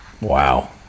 Wow